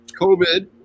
COVID